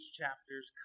chapters